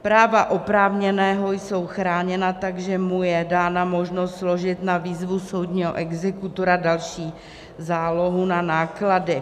Práva oprávněného jsou chráněna, takže mu je dána možnost složit na výzvu soudního exekutora další zálohu na náklady.